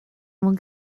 mewn